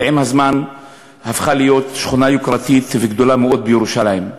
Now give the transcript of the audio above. ועם הזמן היא הפכה להיות שכונה יוקרתית וגדולה מאוד בירושלים.